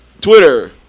Twitter